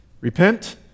Repent